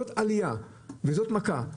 זאת עלייה וזאת מכה.